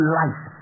life